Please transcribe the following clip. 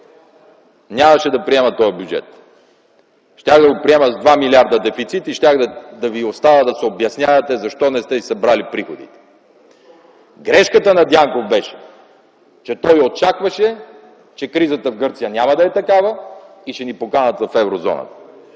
нямаше да приема този бюджет. Щях да го приема с 2 милиарда дефицит и щях да ви оставя да се обяснявате защо не сте събрали приходите. Грешката на Дянков беше, че той очакваше, че кризата в Гърция няма да е такава и ще ни поканят в еврозоната.